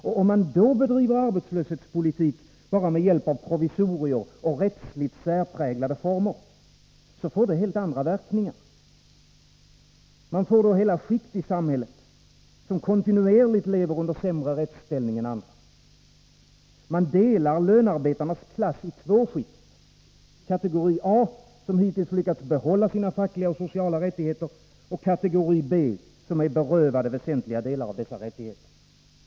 Om man då bedriver arbetslöshetspolitik bara med hjälp av provisorier och rättsligt särpräglade former, då får det helt andra verkningar. Man får då hela skikt i samhället som kontinuerligt lever i sämre rättsställning än andra. Man delar lönarbetarnas klass i två skikt: kategori A, som hittills lyckats behålla sina fackliga och sociala rättigheter, och kategori B, som är berövade väsentliga delar av dessa rättigheter.